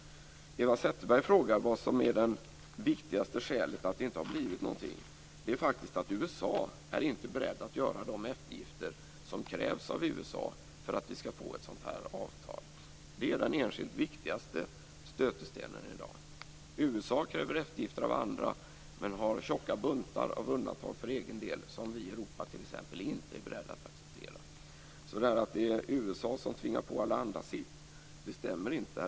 Eva Zetterberg frågar vad som är det viktigaste skälet till att det inte har blivit någonting. Det är faktiskt att USA inte är berett att göra de eftergifter som krävs av USA för att vi skall få ett sådant här avtal. Det är den enskilt viktigaste stötestenen i dag. USA kräver eftergifter av andra men har tjocka buntar av undantag för egen del som t.ex. vi i Europa inte är beredda att acceptera. Att USA tvingar på alla andra sin uppfattning stämmer alltså inte.